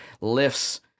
lifts